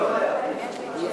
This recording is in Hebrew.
אני רוצה לענות.